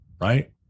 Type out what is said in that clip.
right